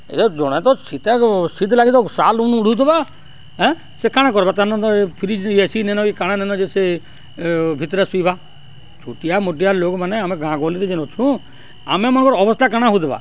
ଇ ଜଣେ ତ ଶୀତ ଶୀତ୍ ଲାଗି ତ ସାଲ୍ ଉଡୁ ଥିବା ଏଁ ସେ କାଣା କର୍ବା ତାେ ଫ୍ରିଜ୍ ଏ ସି ନେନ କି କାଣା ନେନ ଯେ ସେ ଭିତ୍ରେ ଶୁଇବା ଛୋଟିଆ ମୋଟିଆ ଲୋକ୍ ମାନେ ଆମେ ଗାଁ ଗହଲିରେ ଯେନ୍ ଅଚୁଁ ଆମେ ମଙ୍କର୍ ଅବସ୍ଥା କାଣା ହଉଥିବା